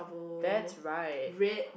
that's right